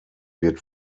wird